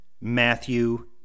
Matthew